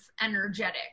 energetic